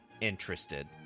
interested